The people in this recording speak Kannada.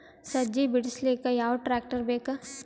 ಸಜ್ಜಿ ಬಿಡಿಸಿಲಕ ಯಾವ ಟ್ರಾಕ್ಟರ್ ಬೇಕ?